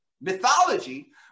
mythology